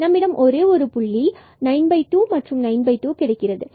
நம்மிடம் ஒரே ஒரு புள்ளி 92 and 92 கிடைக்கிறது